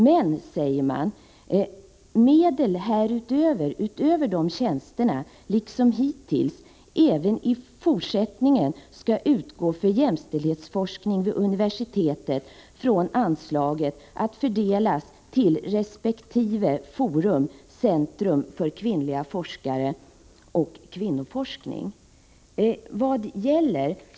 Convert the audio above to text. Utbildningsministern sade vidare: ”Medel bör härutöver — liksom hittills — även i fortsättningen utgå för jämställdhetsforskning vid universiteten från anslaget Samhällsvetenskapliga fakulteterna, att fördelas till resp. forum/centrum för kvinnliga forskare och kvinnoforskning.” Vad är det som gäller?